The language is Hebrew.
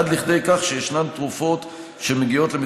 עד כדי כך שישנן תרופות שיכולות להגיע